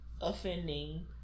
offending